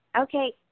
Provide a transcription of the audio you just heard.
Okay